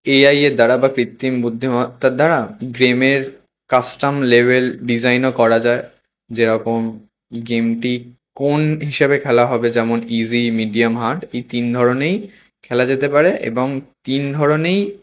এ I এর দ্বারা বা কৃত্রিম বুদ্ধিমত্তার দ্বারা গেমের কাস্টম লেভেল ডিজাইনও করা যায় যেরকম গেমটি কোন হিসাবে খেলা হবে যেমন ইজি মিডিয়াম হার্ড এই তিন ধরনেই খেলা যেতে পারে এবং তিন ধরনেই